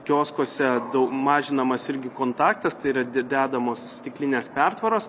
kioskuose mažinamas irgi kontaktas tai yra dedamos stiklinės pertvaros